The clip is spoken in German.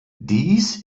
dies